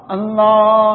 Allah